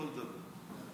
לא לדבר.